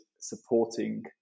supporting